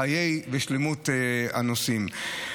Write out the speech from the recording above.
חייהם ושלמותם של הנוסעים.